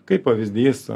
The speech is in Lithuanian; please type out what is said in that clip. kaip pavyzdys